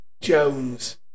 Jones